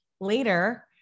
later